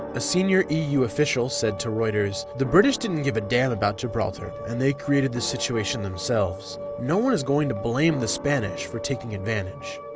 a senior eu official said to reuters the british didn't give a damn about gibraltar and they created this situation themselves. no one is going to blame the spanish for taking advantage,